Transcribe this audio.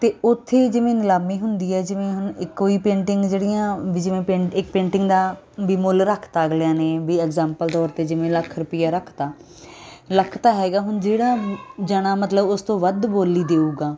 ਅਤੇ ਉੱਥੇ ਜਿਵੇਂ ਨਿਲਾਮੀ ਹੁੰਦੀ ਹੈ ਜਿਵੇਂ ਹੁਣ ਇੱਕੋ ਹੀ ਪੇਂਟਿੰਗ ਜਿਹੜੀਆਂ ਵੀ ਜਿਵੇਂ ਪਿੰਡ ਇੱਕ ਪੇਂਟਿੰਗ ਦਾ ਵੀ ਮੁੱਲ ਰੱਖਤਾ ਅਗਲਿਆਂ ਨੇ ਵੀ ਐਗਜਾਮਪਲ ਤੌਰ 'ਤੇ ਜਿਵੇਂ ਲੱਖ ਰੁਪਈਆ ਰੱਖਤਾ ਲੱਖ ਤਾਂ ਹੈਗਾ ਹੁਣ ਜਿਹੜਾ ਜਣਾ ਮਤਲਬ ਉਸ ਤੋਂ ਵੱਧ ਬੋਲੀ ਦੇਊਗਾ